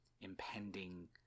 Impending